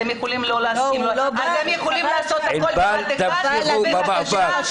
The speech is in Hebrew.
אתם יכולים לא להסכים ----- אפשר לדון כל כך הרבה,